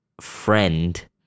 friend